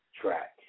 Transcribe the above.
track